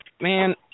man